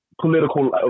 political